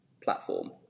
platform